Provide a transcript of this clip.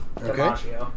Okay